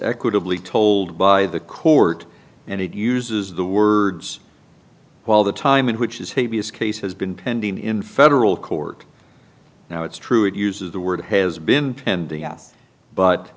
equitably told by the court and it uses the words while the time in which is he is case has been pending in federal court now it's true it uses the word has been pending yes but